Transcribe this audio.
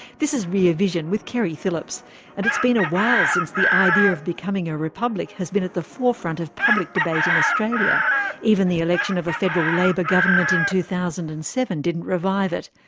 this is rear vision with keri phillips and it's been a while since the idea of becoming a republic has been at the forefront of public debate in australia even the election of a federal labor government in two thousand and seven didn't revive it.